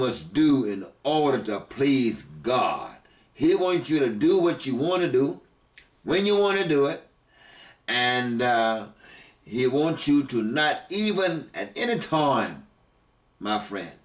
was do in order to please god he wants you to do what you want to do when you want to do it and he wants to do not even at any time my friend